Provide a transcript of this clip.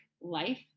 life